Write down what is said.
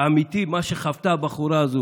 מעבר לטיפול במוקדן,